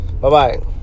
Bye-bye